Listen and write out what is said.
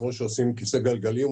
כמו שעושים עם כיסא גלגלים.